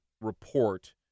report